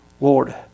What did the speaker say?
Lord